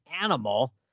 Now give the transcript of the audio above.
animal